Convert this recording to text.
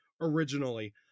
originally